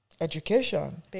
Education